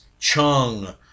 Chung